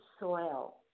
Soil